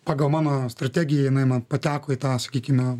pagal mano strategiją jinai man pateko į tą sakykime